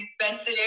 expensive